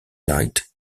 light